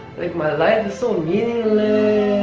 like my life is so meaningless.